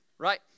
Right